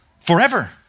forever